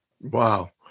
wow